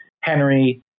Henry